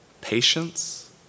patience